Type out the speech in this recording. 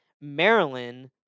Maryland